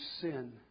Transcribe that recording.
sin